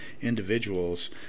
individuals